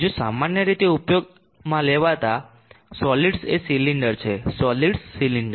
બીજો સામાન્ય રીતે ઉપયોગમાં લેવામાં આવતા સોલીડ્સ એ સિલિન્ડર છે સોલીડ્સ સિલિન્ડર